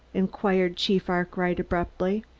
inquired chief arkwright abruptly.